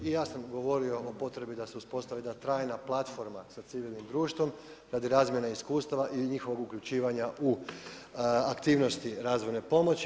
I ja sam govorio o potrebi da se uspostavi jedna trajna platforma sa civilnim društvom radi razmjene iskustava ili njihovog uključivanja u aktivnosti razvojne pomoći.